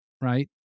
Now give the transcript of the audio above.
right